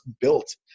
built